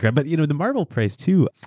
yeah but you know the marvel price, too,